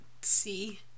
see